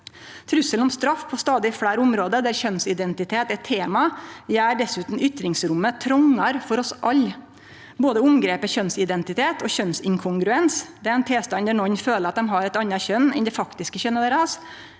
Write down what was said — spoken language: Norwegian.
Trusselen om straff på stadig fleire område der kjønnsidentitet er tema, gjer dessutan ytringsrommet trongare for oss alle. Både omgrepet kjønnsidentitet og kjønnsinkongruens – ein tilstand der nokon føler at dei har eit anna kjønn enn det faktiske kjønnet